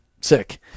sick